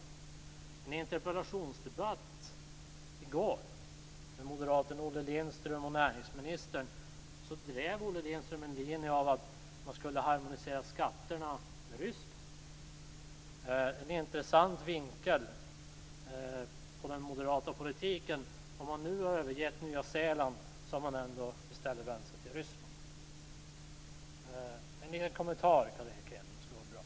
I en interpellationsdebatt i går med moderaten Olle Lindström och näringsministern drev Olle Lindström linjen att man skulle harmonisera skatterna med Ryssland. Det är en intressant vinkel vad gäller den moderata politiken om man nu har övergett Nya Zeeland för att i stället vända sig till Ryssland. En liten kommentar skulle vara bra, Carl Erik Hedlund!